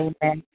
Amen